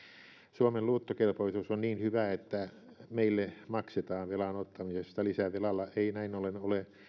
suomen luottokelpoisuus on niin hyvä että meille maksetaan velan ottamisesta lisävelalla ei näin ollen ole